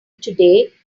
today